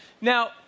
Now